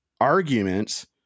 arguments